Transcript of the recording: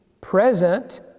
present